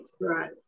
right